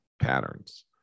patterns